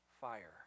fire